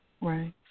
Right